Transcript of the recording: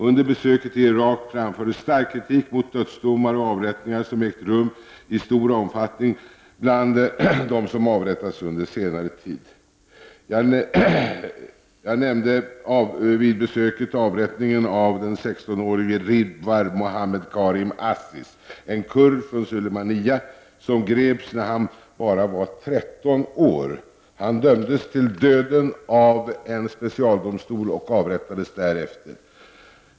Under besöket i Irak framfördes stark kritik mot dödsdomar och avrättningar som ägt rum i stor omfattning. Jag nämnde vid besöket avrättningen av den 16-årige Ribwar Mohammed Karim Aziz, en kurd från Sulemania, som greps när han var bara 13 år. Han dömdes till döden av en specialdomstol och avrättades därefter.